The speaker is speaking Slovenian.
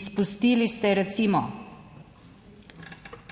Izpustili ste, recimo,